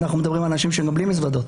אנחנו מדברים על אנשים שהם בלי מזוודות.